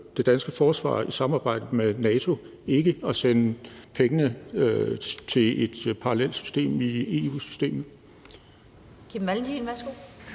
det danske forsvar i samarbejde med NATO – vi skal ikke sende pengene til et parallelt system i EU-systemet.